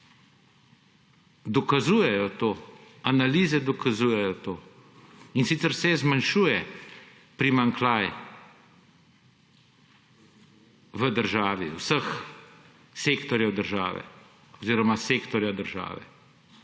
dokazujejo to, analize dokazujejo to, in sicer se zmanjšuje primanjkljaj v državi, vseh sektorjev države oziroma sektorja države,